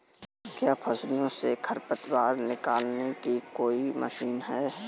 क्या फसलों से खरपतवार निकालने की कोई मशीन है?